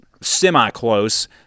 semi-close